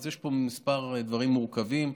אז יש פה כמה דברים מורכבים.